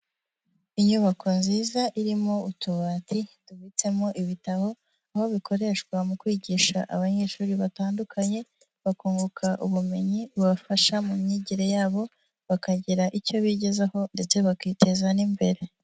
Inyubako nziza irimo utubati tubitsemo ibitabo, aho bikoreshwa mu kwigisha abanyeshuri batandukanye, bakunguka ubumenyi bubafasha mu myigire yabo, bakagira icyo bigezaho ndetse bakiteza n'imbere.